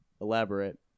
elaborate